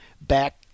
back